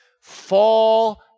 fall